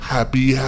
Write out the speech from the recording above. Happy